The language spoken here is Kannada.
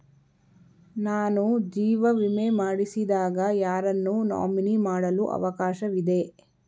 ನಾನು ಜೀವ ವಿಮೆ ಮಾಡಿಸಿದಾಗ ಯಾರನ್ನು ನಾಮಿನಿ ಮಾಡಲು ಅವಕಾಶವಿದೆ?